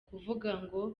kuvuga